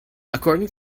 according